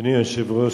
אדוני היושב-ראש,